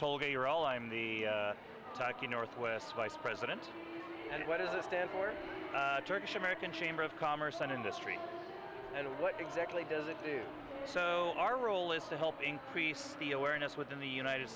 told you're all i'm the talking northwest vice president and what is the turkish american chamber of commerce and industry and what exactly does it do so our role is to help increase the awareness within the united